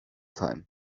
time